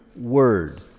word